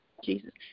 Jesus